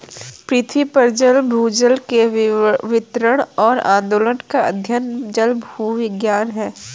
पृथ्वी पर जल भूजल के वितरण और आंदोलन का अध्ययन जलभूविज्ञान है